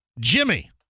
Jimmy